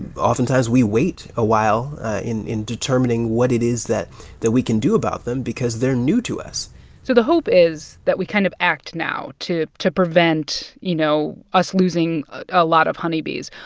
oftentimes we wait a while in in determining what it is that that we can do about them because they're new to us so the hope is that we kind of act now to to prevent, you know, us losing a lot of honeybees.